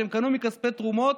שהם קנו מכספי תרומות.